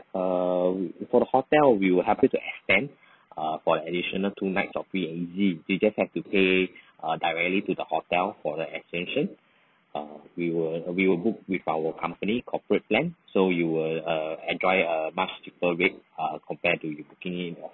err for the hotel we will help you to extend err for the additional two nights of free and easy you just have to pay err directly to the hotel for the extension err we will we will book with our company corporate plan so you will enjoy a much cheaper rate err compare to you booking it